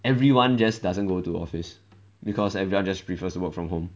everyone just doesn't go to office because everyone just prefers to work from home